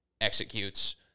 executes